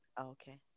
Okay